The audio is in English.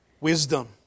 Wisdom